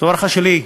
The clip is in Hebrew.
זו ההערכה שלי.